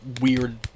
weird